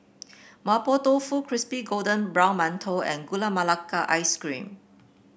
Mapo Tofu Crispy Golden Brown Mantou and Gula Melaka Ice Cream